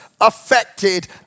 affected